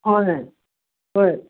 ꯍꯣꯏ ꯍꯣꯏ